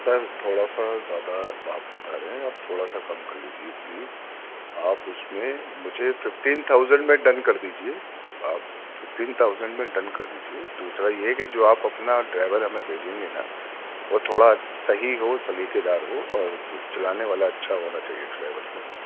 سر تھوڑا سا زیادہ آپ بتا رہے ہیں آپ تھوڑا سا کم کر لیجیے پلیز آپ اس میں مجھے ففٹین تھاؤزینڈ میں ڈن کر دیجیے آپ ففٹین تھاؤزینڈ میں ڈن کر دیجیے دوسرا یہ کہ جو آپ اپنا ڈرائیور ہمیں بھیجیں گے نا وہ تھوڑا صحیح ہو سلیقہ دار ہو اور چلانے والا اچھا ہونا چاہیے ڈرائیور سر